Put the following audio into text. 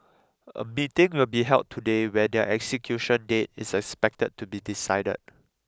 a meeting will be held today where their execution date is expected to be decided